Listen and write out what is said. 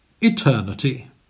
Eternity